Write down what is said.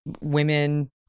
women